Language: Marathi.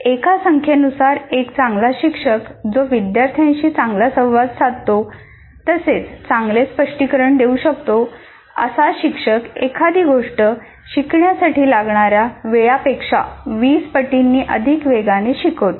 एका संख्येनुसार एक चांगला शिक्षक जो विद्यार्थ्यांची चांगला संवाद साधतो तसेच चांगले स्पष्टीकरण देऊ शकतो असा शिक्षक एखादी गोष्ट शिकण्यासाठी लागणाऱ्या वेळा पेक्षा 20 पटींनी अधिक वेगाने शिकवतो